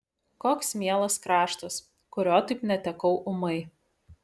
koks mielas kraštas kurio taip netekau ūmai